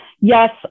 yes